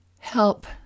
Help